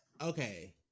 Okay